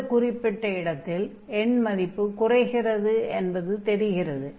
இந்த குறிப்பிட்ட இடத்தில் எண்மதிப்பு குறைகிறது என்பது தெரிகிறது